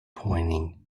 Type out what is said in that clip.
pointing